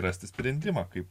rasti sprendimą kaip